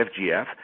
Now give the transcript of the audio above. FGF